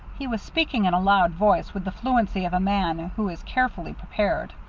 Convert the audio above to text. he was speaking in a loud voice, with the fluency of a man who is carefully prepared.